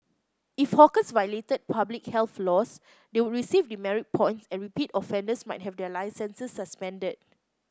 if hawkers violated public health laws they would receive demerit points and repeat offenders might have their licences suspended